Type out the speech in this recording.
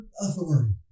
authority